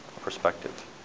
perspective